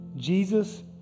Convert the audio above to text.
Jesus